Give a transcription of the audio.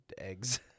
eggs